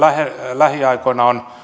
lähiaikoina on